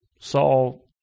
Saul